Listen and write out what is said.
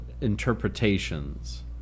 interpretations